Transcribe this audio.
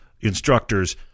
instructors